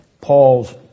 Paul's